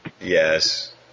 yes